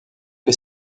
que